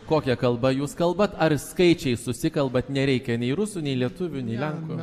kokia kalba jūs kalbat ar skaičiais susikalbat nereikia nei rusų nei lietuvių nei lenkų